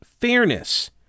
fairness